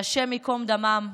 שהשם ייקום דמם,